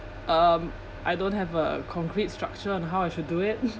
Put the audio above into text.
um I don't have a concrete structure on how I should do it